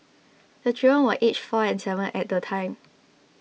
the children were aged four and seven at the time